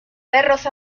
perros